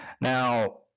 Now